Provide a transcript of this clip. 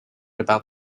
about